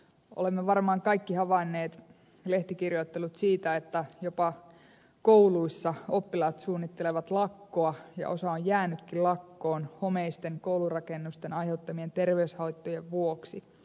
olemme varmaan kaikki havainneet lehtikirjoittelut siitä että jopa kouluissa oppilaat suunnittelevat lakkoa ja osa on jäänytkin lakkoon homeisten koulurakennusten aiheuttamien terveyshaittojen vuoksi